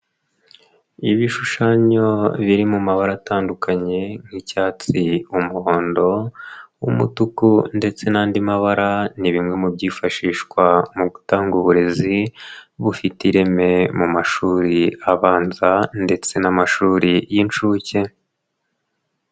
Ibishushanyo biri mu mabara atandukanye nk'icyatsi, umuhondo, umutuku ndetse n'andi mabara, ni bimwe mu byifashishwa mu gutanga uburezi, bufite ireme mu mashuri abanza ndetse n'amashuri y'inshuke.